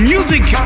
Music